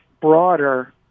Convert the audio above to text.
broader